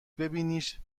ببینیش